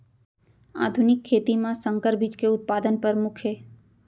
आधुनिक खेती मा संकर बीज के उत्पादन परमुख हे